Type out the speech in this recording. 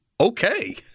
Okay